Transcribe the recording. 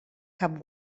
cap